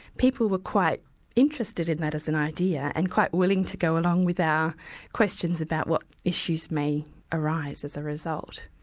people were quite interested in that as an idea, and quite willing to go along with our questions about what issues may arise as a result.